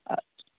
ಆಯಿತು